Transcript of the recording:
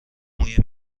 موی